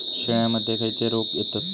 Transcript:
शेळ्यामध्ये खैचे रोग येतत?